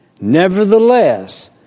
Nevertheless